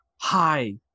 Hi